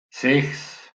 sechs